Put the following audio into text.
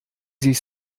sich